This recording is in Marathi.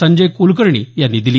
संजय कुलकर्णी यांनी दिली